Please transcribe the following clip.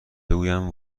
بگویم